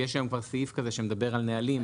יש היום כבר סעיף כזה שמדבר על נהלים,